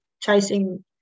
chasing